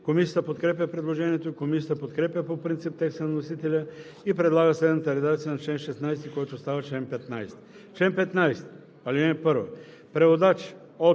Комисията подкрепя предложението. Комисията подкрепя по принцип текста на вносителя и предлага следната редакция на чл. 16, който става чл. 15: „Чл. 15. (1) Преводач